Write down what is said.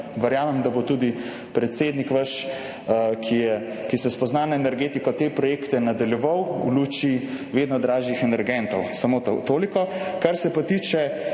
verjamem, da bo tudi vaš predsednik, ki se spozna na energetiko, te projekte nadaljeval v luči vedno dražjih energentov. Samo toliko. Kar se pa tiče,